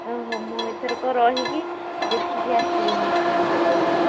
ହଁ ହଁ ମୁଁ ଏଥରକ ରହିକି ଦେଖିକି ଆସିବି ନିଶ୍ଚୟ ତୋ ସାଙ୍ଗରେ